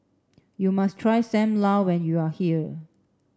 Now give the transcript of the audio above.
you must try Sam Lau when you are here